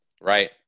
Right